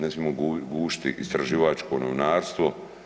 Ne smijemo gušiti istraživačko novinarstvo.